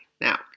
now